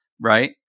right